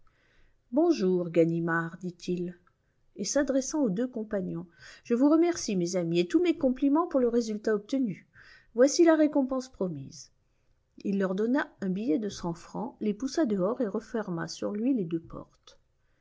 bonjour ganimard dit-il et s'adressant aux deux compagnons je vous remercie mes amis et tous mes compliments pour le résultat obtenu voici la récompense promise il leur donna un billet de cent francs les poussa dehors et referma sur lui les deux portes